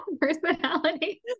personality